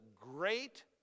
great